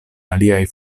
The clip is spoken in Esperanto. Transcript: aliaj